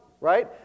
right